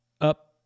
up